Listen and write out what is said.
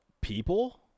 people